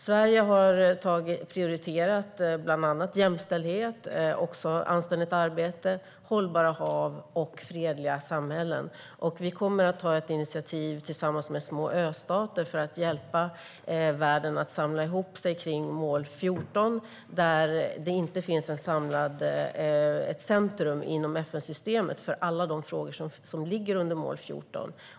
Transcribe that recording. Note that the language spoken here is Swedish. Sverige har prioriterat bland annat jämställdhet, anständigt arbete, hållbara hav och fredliga samhällen. Vi kommer att ta ett initiativ tillsammans med små östater för att hjälpa världen att samla sig kring mål 14. Det finns nämligen inget centrum inom FN-systemet för alla de frågor som ligger under mål 14.